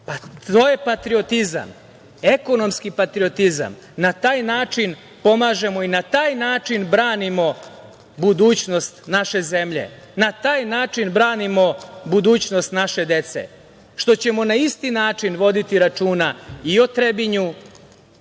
To je patriotizam, ekonomski patriotizam. Na taj način pomažemo i na taj način branimo budućnost naše zemlje. Na taj način branimo budućnost naše dece, što ćemo na isti način voditi računa i o Trebinju